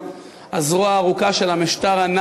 אני מתנצל שאני קצת צרוד, "פרהוד".